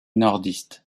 nordistes